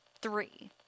three